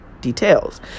details